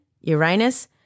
Uranus